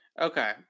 Okay